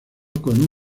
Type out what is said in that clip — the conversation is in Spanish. con